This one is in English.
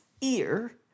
ear